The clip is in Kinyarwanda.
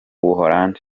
buholandi